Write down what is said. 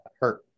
hurt